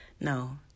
No